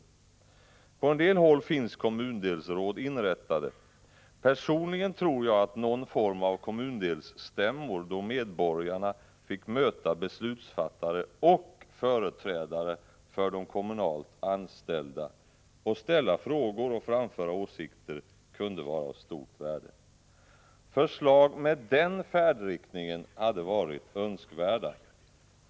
På en del håll finns kommundelsråd inrättade. Personligen tror jag att någon form av kommundelsstämmor, där medborgarna fick möta beslutsfattare och företrädare för de kommunalt anställda, ställa frågor och framföra åsikter, kunde vara av värde. Förslag med den inriktningen hade varit önskvärda.